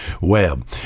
Web